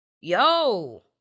yo